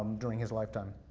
during his lifetime.